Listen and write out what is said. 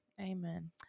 amen